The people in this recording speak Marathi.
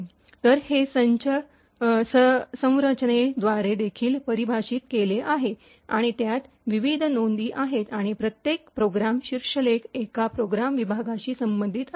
तर हे संरचनेद्वारे देखील परिभाषित केले आहे आणि त्यात विविध नोंदी आहेत आणि प्रत्येक प्रोग्राम शीर्षलेख एका प्रोग्राम विभागाशी संबंधित आहे